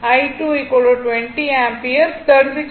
2o I2 20 ampere 36